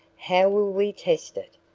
how will we test it?